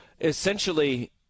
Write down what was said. essentially